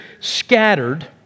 scattered